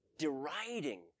deriding